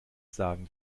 sagen